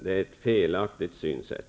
Det är ett felaktigt synsätt.